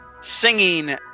Singing